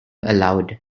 aloud